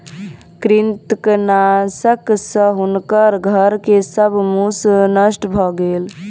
कृंतकनाशक सॅ हुनकर घर के सब मूस नष्ट भ गेल